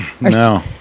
No